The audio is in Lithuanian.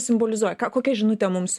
simbolizuoja kokia žinutė mums